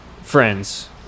friends